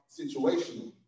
situational